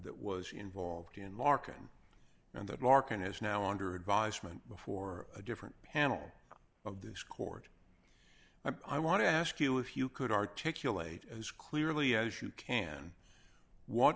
that was involved in marketing and that larkin is now under advisement before a different panel of this court i want to ask you if you could articulate as clearly as you can what